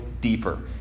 deeper